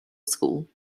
school